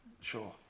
sure